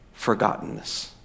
forgottenness